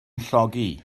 llogi